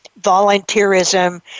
volunteerism